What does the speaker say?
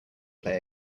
play